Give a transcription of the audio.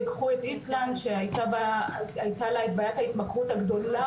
קחו את איסלנד שהייתה לה את בעיית ההתמכרות הגדולה